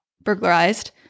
burglarized